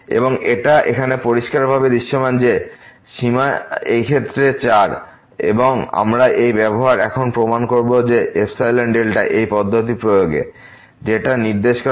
এবং এটা এখানে পরিষ্কারভাবে দৃশ্যমান যে সীমা এই ক্ষেত্রে 4 এবং আমরা এই ব্যবহার এখন প্রমাণ করবো εδ এই পদ্ধতির প্রয়োগে যেটা নির্দেশ করে এই ফাংশনের সীমা 3x1